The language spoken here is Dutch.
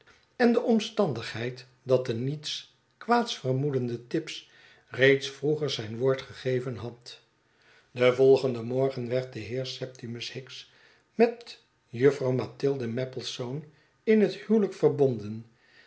en de omstandigheid dat de niets kwaads vermoedende tibbs reeds vroeger zijn woord gegeven had den volgenden morgen werd de heer septimus hicks met juffrouw mathilde maplesone in het huwelijk verbonden